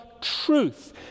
truth